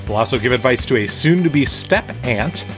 but also give advice to a soon to be step aunt.